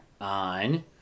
on